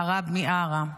בהרב מיארה,